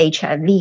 HIV